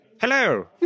Hello